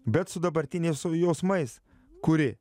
bet su dabartiniais jausmais kuri